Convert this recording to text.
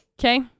okay